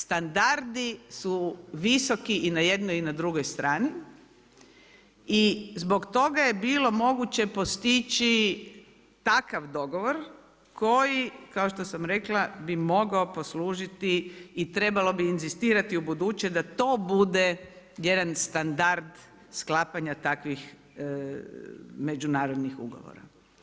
Standardi su visoki i na jednoj i na drugoj strani i zbog toga je bilo moguće postići takav dogovor koji kao što sam rekla bi mogao poslužiti i trebalo bi inzistirati u buduće da to bude jedan standard sklapanja takvih međunarodnih ugovora.